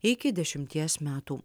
iki dešimties metų